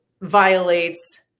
violates